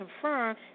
confirmed